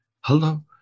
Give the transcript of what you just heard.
hello